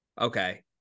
okay